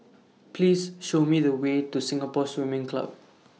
Please Show Me The Way to Singapore Swimming Club